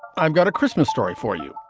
i've got a christmas story for you.